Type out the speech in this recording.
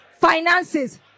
Finances